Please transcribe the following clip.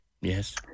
Yes